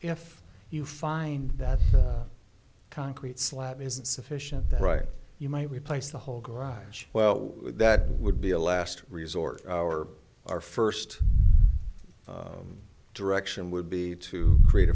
if you find that concrete slab is insufficient the right you might replace the whole garage well that would be a last resort our our first direction would be to create